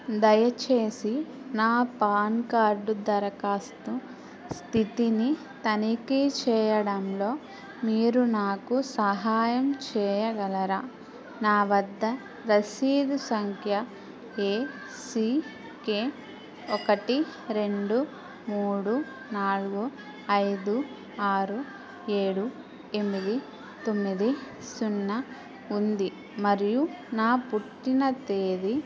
దయచేసి నా PAN card దరఖాస్తు స్థితిని తనిఖీ చేయడంలో మీరు నాకు సహాయం చేయగలరా నా వద్ద రసీదు సంఖ్య ఏ సీ కే ఒకటి రెండు మూడు నాలుగు ఐదు ఆరు ఏడు ఎనిమిది తొమ్మిది సున్నా ఉంది మరియు నా పుట్టినతేదీ